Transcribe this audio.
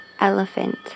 elephant